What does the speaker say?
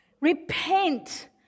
repent